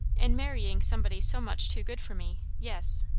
in marrying somebody so much too good for me yes,